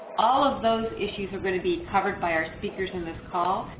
all of those issues are going to be covered by our speakers in this call,